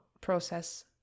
process